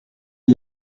mon